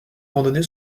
randonnée